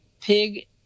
pig